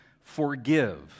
forgive